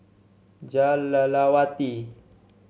Jah Lelawati